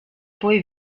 poi